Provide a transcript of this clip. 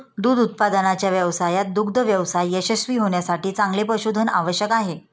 दूध उत्पादनाच्या व्यवसायात दुग्ध व्यवसाय यशस्वी होण्यासाठी चांगले पशुधन आवश्यक आहे